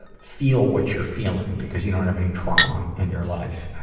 but feel what you're feeling because you don't have any trauma in your life.